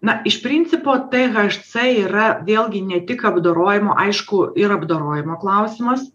na iš principo tė haš cė yra vėlgi ne tik apdorojimo aišku ir apdorojimo klausimas